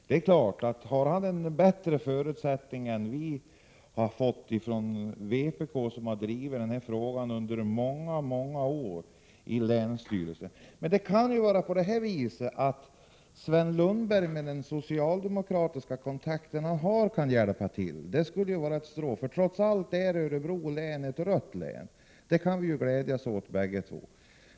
Han kanske har en bättre förutsättning än vi i vpk som har drivit denna fråga under många år i länsstyrelsen. Det kan vara så att Sven Lundberg, med de socialdemokratiska kontakter han har, kan hjälpa till. Trots allt är Örebro ett rött län. Det kan vi glädjas åt bägge två.